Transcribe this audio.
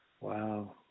Wow